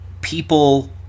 people